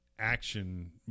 action